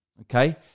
Okay